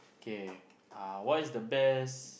okay uh what is the best